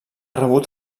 rebut